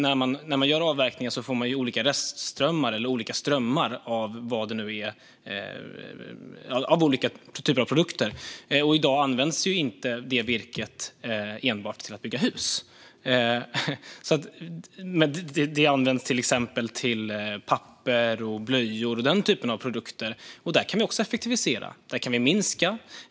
När man gör avverkningar får man olika restströmmar, eller olika strömmar, av olika typer av produkter, och i dag används inte det virket enbart till att bygga hus. Det används till exempel till papper, blöjor och den typen av produkter. Där kan vi också effektivisera och minska.